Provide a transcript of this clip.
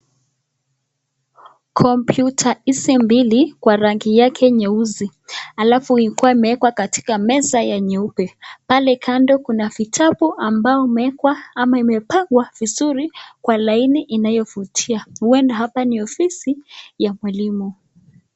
Kompyuta hizi mbili kwa rangi yake nyeusi. Alafu imewekwa katika meza ya nyeupe. Pale kando kuna vitabu ambao umewekwa ama imepangwa vizuri kwa laini inayovutia. Huenda hapa ni ofisi ya mwalimu.